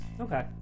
okay